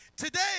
Today